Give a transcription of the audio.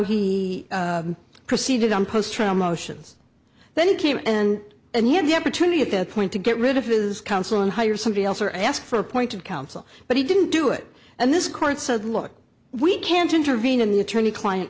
he proceeded on post trial motions then he came and and he had the opportunity at that point to get rid of his counsel and hire somebody else or ask for appointed counsel but he didn't do it and this current said look we can't intervene in the attorney client